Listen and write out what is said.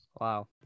Wow